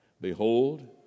Behold